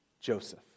Joseph